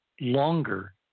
longer